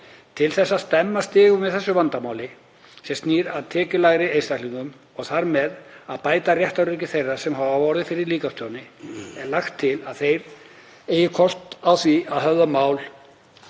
Til þess að stemma stigu við þessu vandamáli sem snýr að tekjulægri einstaklingum og þar með bæta réttaröryggi þeirra sem hafa orðið fyrir líkamstjóni er lagt til að þeir eigi kost á því að höfða mál